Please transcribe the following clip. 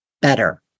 better